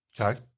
Okay